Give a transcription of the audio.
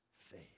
faith